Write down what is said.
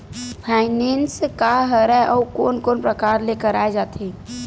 Finance का हरय आऊ कोन कोन प्रकार ले कराये जाथे?